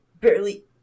barely